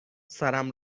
سرم